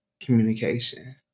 communication